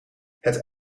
het